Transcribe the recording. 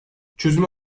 çözüme